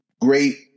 great